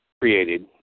created